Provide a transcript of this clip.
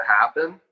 happen